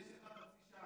יש לך חצי,